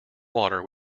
water